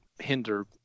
hinder